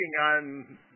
on